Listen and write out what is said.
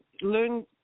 learn